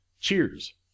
Cheers